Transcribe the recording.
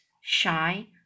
shy